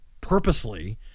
purposely